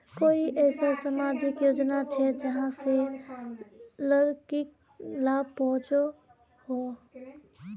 कोई ऐसा सामाजिक योजना छे जाहां से लड़किक लाभ पहुँचो हो?